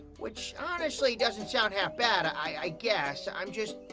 which honestly doesn't sound half-bad, i guess. i'm just.